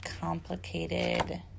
complicated